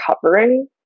covering